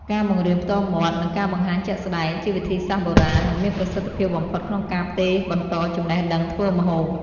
ការបង្រៀនផ្ទាល់មាត់ និងការបង្ហាញជាក់ស្តែង ជាវិធីសាស្រ្តបុរាណ និងមានប្រសិទ្ធភាពបំផុតក្នុងការផ្ទេរបន្តចំណេះដឹងធ្វើម្ហូប។